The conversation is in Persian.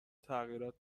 تغییرات